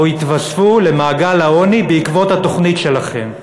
יתווספו למעגל העוני בעקבות התוכנית שלכם.